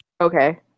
Okay